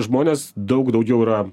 žmonės daug daugiau yra